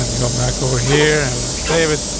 let's go back over here and let's save it.